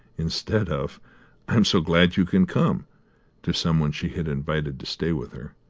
instead of i am so glad you can come to some one she had invited to stay with her.